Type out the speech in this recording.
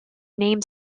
names